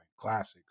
classics